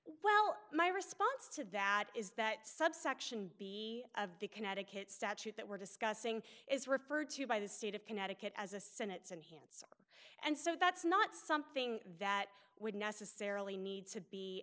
well my response to that is that subsection b of the connecticut statute that we're discussing is referred to by the state of connecticut as a senate and him and so that's not something that would necessarily need to be